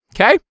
okay